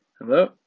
Hello